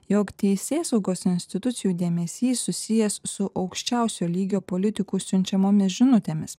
jog teisėsaugos institucijų dėmesys susijęs su aukščiausio lygio politikų siunčiamomis žinutėmis